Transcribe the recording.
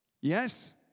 Yes